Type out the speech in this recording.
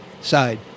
side